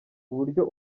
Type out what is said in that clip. uburyo